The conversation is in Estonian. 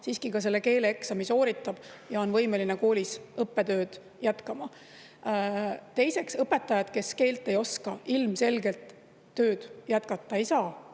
siiski ka selle keeleeksami sooritab ja on võimeline koolis õppetööd jätkama. Teiseks, õpetajad, kes keelt ei oska, ilmselgelt tööd jätkata ei saa.